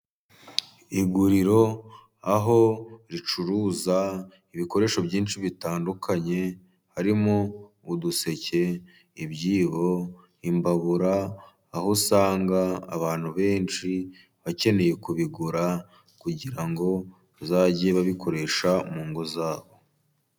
Iguriro aho ricuruza ibikoresho byinshi bitandukanye, harimo uduseke, ibyibo, imbabura, aho usanga abantu benshi bakeneye kubigura, kugira ngo bazajye babikoresha mu ngo za bo.